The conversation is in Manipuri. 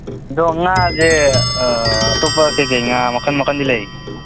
ꯑꯗꯣ ꯉꯥꯁꯦ ꯑꯇꯣꯞꯄ ꯀꯔꯤ ꯀꯔꯤ ꯉꯥ ꯃꯈꯟ ꯃꯈꯟꯗꯤ ꯂꯩ